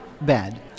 bad